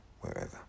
wherever